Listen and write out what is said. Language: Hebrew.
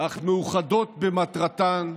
אך מאוחדות במטרתן,